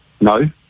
No